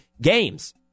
games